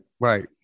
Right